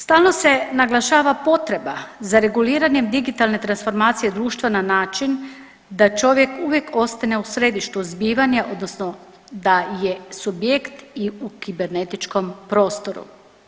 Stalno se naglašava potreba za reguliranjem digitalne transformacije društva na način da čovjek uvijek ostane u središtu zbivanja odnosno da je subjekt i u kibernetičkom prostoru.